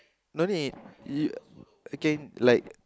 no need you again like